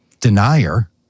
denier